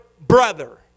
brother